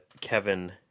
Kevin